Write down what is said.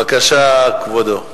בבקשה, כבודו.